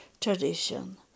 tradition